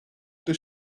does